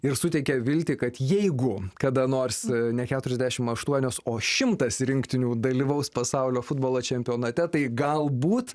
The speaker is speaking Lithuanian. ir suteikia viltį kad jeigu kada nors ne keturiasdešim aštuonios o šimtas rinktinių dalyvaus pasaulio futbolo čempionate tai galbūt